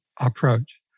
approach